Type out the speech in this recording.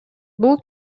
бул